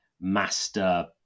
master